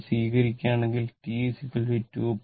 ഈ വഴി സ്വീകരിക്കുകയാണെങ്കിൽ T 2π